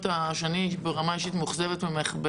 שאני הייתי ברמה אישית מאוכזבת ממך.